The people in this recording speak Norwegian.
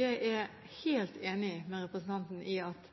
er helt enig med representanten Harberg i at dette er